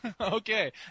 Okay